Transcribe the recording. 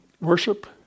worship